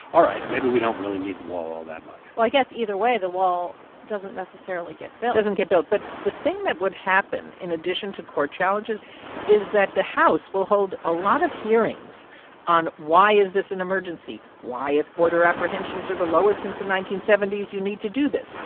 all right. maybe we don't really need the wall all that much well i guess, either way, the wall doesn't necessarily get built doesn't get built. but the thing that would happen in addition to court challenges is that the house will hold a lot of hearings on, why is this an emergency? why, if border apprehensions are the lowest since the nineteen seventy s, you need to do this,